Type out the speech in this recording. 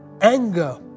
anger